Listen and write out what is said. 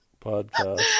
podcast